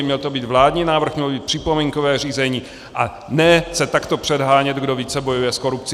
Měl to být vládní návrh, mělo být připomínkové řízení, a ne se takto předhánět, kdo více bojuje s korupcí.